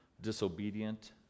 disobedient